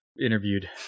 interviewed